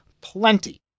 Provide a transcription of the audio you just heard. plenty